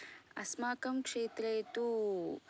अस्माकं क्षेत्रे तु